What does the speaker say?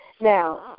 Now